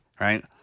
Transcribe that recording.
Right